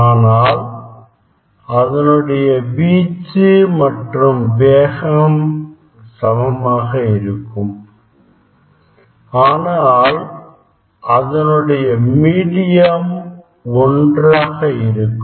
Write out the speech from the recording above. ஆனால் அதனுடைய வீச்சு மற்றும் வேகம் சமமாக இருக்கும் ஆனால் அதனுடைய மீடியம் ஒன்றாக இருக்கும்